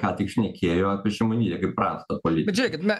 ką aš staiga ką tik šnekėjo apie šimonytę kaip prastą politikę